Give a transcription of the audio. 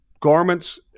Garments